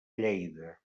lleida